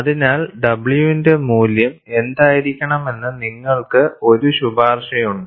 അതിനാൽ w ന്റെ മൂല്യം എന്തായിരിക്കണമെന്ന് നിങ്ങൾക്ക് ഒരു ശുപാർശയുണ്ട്